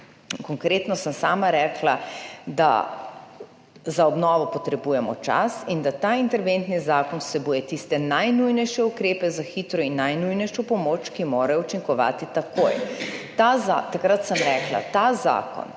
konkretno sem sama rekla, da za obnovo potrebujemo čas in da ta interventni zakon vsebuje tiste najnujnejše ukrepe za hitro in najnujnejšo pomoč, ki morajo učinkovati takoj. Takrat sem rekla, ta zakon,